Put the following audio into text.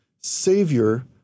Savior